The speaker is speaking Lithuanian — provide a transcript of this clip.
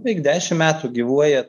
beveik dešim metų gyvuoja